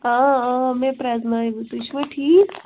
آ آ مےٚ پٕرزِنٲیو تُہۍ چھِوٕ ٹھیٖک